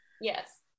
yes